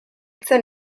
zen